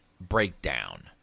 breakdown